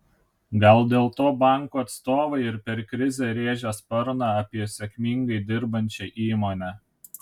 gal dėl to bankų atstovai ir per krizę rėžia sparną apie sėkmingai dirbančią įmonę